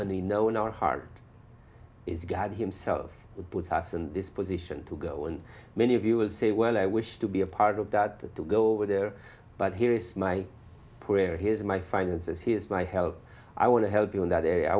and we know in our heart is god himself put us in this position to go and many of you will say well i wish to be a part of that to go over there but here is my prayer here's my finances here's my help i want to help you in that area i